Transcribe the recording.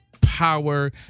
power